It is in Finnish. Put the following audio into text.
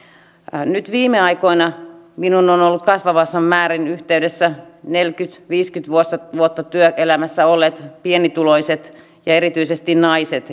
nyt viime aikoina minuun ovat olleet kasvavassa määrin yhteydessä neljäkymmentä viiva viisikymmentä vuotta työelämässä olleet pienituloiset ja erityisesti naiset